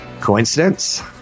Coincidence